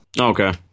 Okay